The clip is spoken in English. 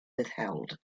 withheld